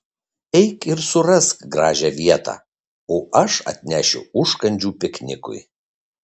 eik ir surask gražią vietą o aš atnešiu užkandžių piknikui